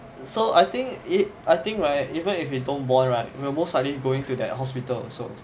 so I think it I think right even if you don't bond right will most likely going to the hospital also